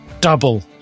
double